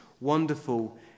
wonderful